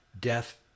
death